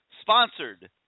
sponsored